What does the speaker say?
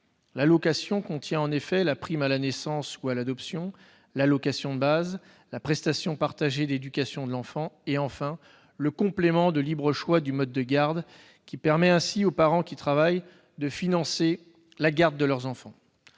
L'allocation contient en effet la prime à la naissance ou à l'adoption, l'allocation de base, la prestation partagée d'éducation de l'enfant, enfin le complément de libre choix du mode de garde, qui permet aux parents qui travaillent de financer la garde de leurs enfants.